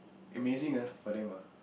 amazing uh for them uh